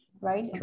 right